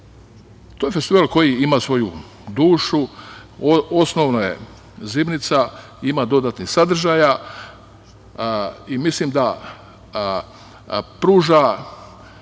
je Festival koji ima svoju dušu. Osnovno je zimnica, ima dodatnih sadržaja i mislim da pruža